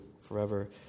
forever